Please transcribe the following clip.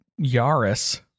Yaris